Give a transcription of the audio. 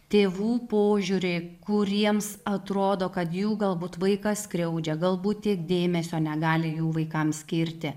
tėvų požiūrį kuriems atrodo kad jų galbūt vaiką skriaudžia galbūt tiek dėmesio negali jų vaikam skirti